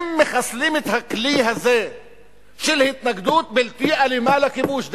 אם מחסלים את הכלי הזה של התנגדות בלתי אלימה לכיבוש,